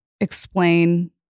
explain